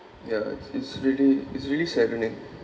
ya it's it's really it's really saddening